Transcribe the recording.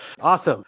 Awesome